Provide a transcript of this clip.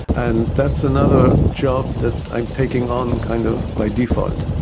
and that's another job that i'm taking on kind of by default.